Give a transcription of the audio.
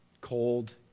Cold